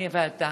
אני ואתה.